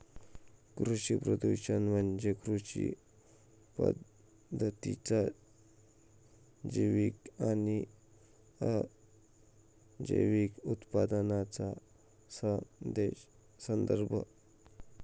कृषी प्रदूषण म्हणजे कृषी पद्धतींच्या जैविक आणि अजैविक उपउत्पादनांचा संदर्भ